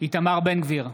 איתמר בן גביר,